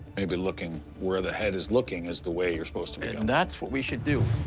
maybe looking where the head is looking is the way you're supposed to go. and that's what we should do.